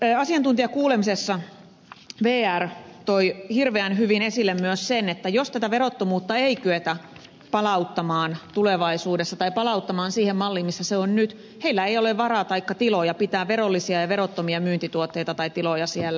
asiantuntijakuulemisessa vr toi hirveän hyvin esille myös sen että jos tätä verottomuutta ei kyetä palauttamaan siihen malliin missä se on nyt heillä ei ole varaa taikka tiloja pitää verollisia ja verottomia myyntituotteita tai tiloja siellä